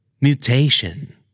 Mutation